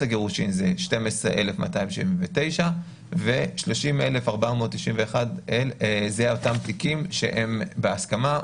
הגירושין היא 1,2279 ו-30,491 הם אותם תיקים שהם בהסכמה,